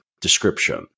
description